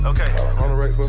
Okay